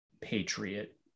patriot